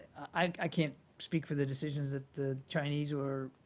i can't speak for the decisions that the chinese or